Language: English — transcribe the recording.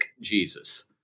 Jesus